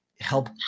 help